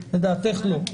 לדעתך נועה ברודסקי,